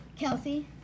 Kelsey